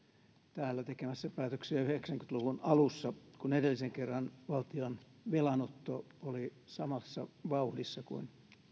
täällä tekemässä päätöksiä yhdeksänkymmentä luvun alussa kun edellisen kerran valtion velanotto oli samassa vauhdissa kuin